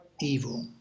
evil